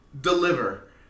deliver